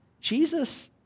Jesus